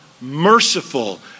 merciful